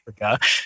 Africa